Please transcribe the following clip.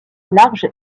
large